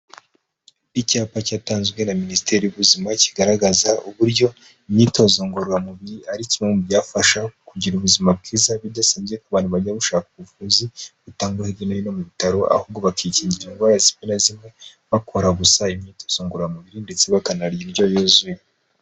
Icyapa cyatanzwe na Minisiteri y'Ubuzima kigaragaza uburyo imyitozo ngororamubiri ari kimwe mu byafasha kugira ubuzima bwiza, bidasanzwe ko abantu bajya gushaka ubuvuzi butangwa hirya no hino mu bitaro, ahubwo bakikingira indwara zimwe na zimwe, bakora gusa imyitozo ngororamubiri ndetse bakanarya indyo yuzuye.